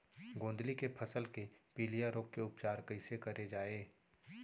गोंदली के फसल के पिलिया रोग के उपचार कइसे करे जाये?